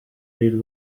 lil